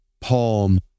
palm